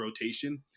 rotation